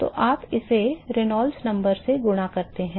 तो आप इसे रेनॉल्ड्स संख्या से गुणा करते हैं